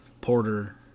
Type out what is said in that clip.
porter